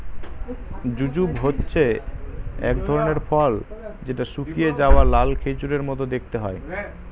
jujube হচ্ছে এক ধরনের ফল যেটা শুকিয়ে যাওয়া লাল খেজুরের মত দেখতে হয়